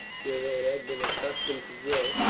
where they had been accustomed to drill,